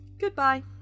Goodbye